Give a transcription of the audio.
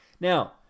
Now